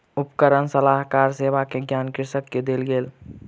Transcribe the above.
उपकरण सलाहकार सेवा के ज्ञान कृषक के देल गेल